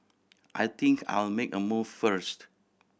I think I'll make a move first